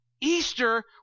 Easter